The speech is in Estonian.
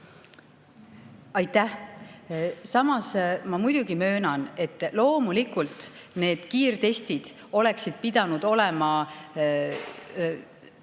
Aitäh! Samas ma muidugi möönan, et loomulikult need kiirtestid oleksid pidanud